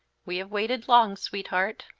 we have waited long, sweetheart.